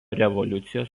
revoliucijos